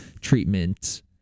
treatment